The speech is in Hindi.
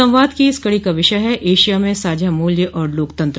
संवाद की इस कड़ी का विषय है एशिया में साझा मूल्य और लोकतंत्र